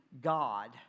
God